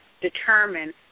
determine